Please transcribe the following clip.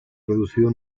reducido